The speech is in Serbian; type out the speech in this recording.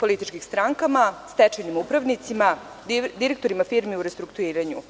političkim strankama, stečajnim upravnicima, direktorima firmi u restrukturiranju?